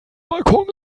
balkon